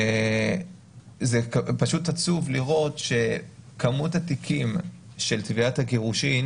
זה פשוט עצוב לראות שכמות התיקים של תביעת הגירושין